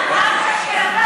תודה רבה לשרת המשפטים.